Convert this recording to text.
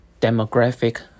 Demographic